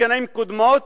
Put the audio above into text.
בשנים קודמות,